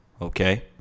okay